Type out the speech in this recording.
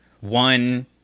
one